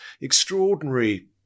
extraordinary